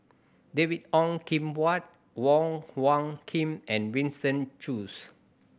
David Ong Kim Huat Wong Hung Khim and Winston Choos